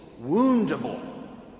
woundable